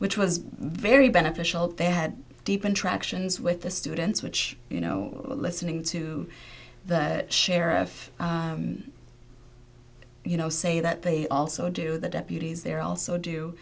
which was very beneficial they had deep interactions with the students which you know listening to that sheriff you know say that they also do the deputies there also do